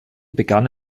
begann